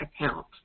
account